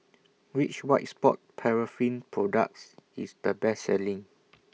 Which White Sport Paraffin products IS The Best Selling